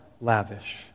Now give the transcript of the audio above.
lavish